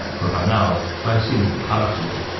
but by now, guan xing had caught up to him,